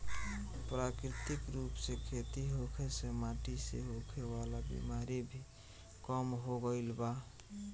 प्राकृतिक रूप से खेती होखे से माटी से होखे वाला बिमारी भी कम हो गईल बा